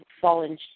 fallen